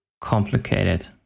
complicated